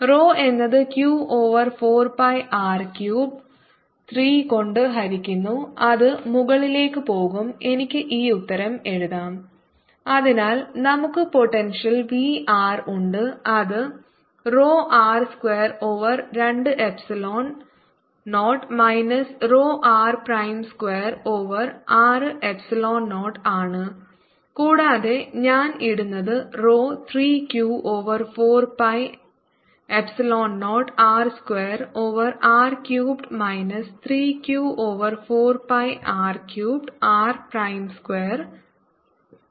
rRVrrRrρdr00rr2ρdr0rR220 r260 rho എന്നത് Q over 4 pi R cubed 3 കൊണ്ട് ഹരിക്കുന്നു അത് മുകളിലേക്ക് പോകും എനിക്ക് ഈ ഉത്തരം എഴുതാം അതിനാൽ നമ്മൾക്ക് പോട്ടെൻഷ്യൽ V r ഉണ്ട് അത് rho R square over 2 epsilon 0 minus rho r prime square over 6 epsilon 0 ആണ് കൂടാതെ ഞാൻ ഇടുന്നത് rho 3 Q over 4 pi epsilon 0 R square over R cubed minus 3 Q over 4 pi R cubed r prime square